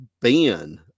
ben